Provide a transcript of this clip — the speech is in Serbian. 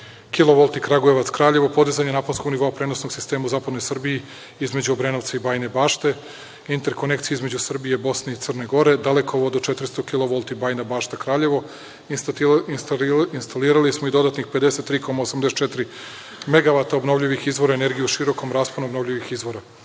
kilovolti Kragujevac–Kraljevo, podizanje naponskog nivoa prenosnog sistema u zapadnoj Srbiji između Obrenovca i Bajine Bašte, interkonekcija između Srbije, Bosne i Crne Gore, dalekovod od 400 kilovolti Bajina Bašta–Kraljevo. Instalirali smo i dodatnih 53,84 megavata obnovljivih izvora energije u širokom rasponu obnovljivih izvora. Borba